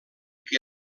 que